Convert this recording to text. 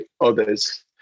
others